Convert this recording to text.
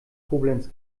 koblenz